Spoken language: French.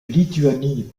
lituanie